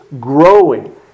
growing